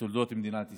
בתולדות מדינת ישראל.